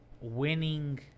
winning